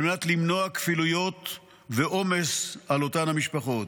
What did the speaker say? על מנת למנוע כפילויות ועומס על אותן המשפחות.